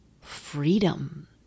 freedom